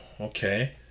okay